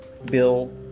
bill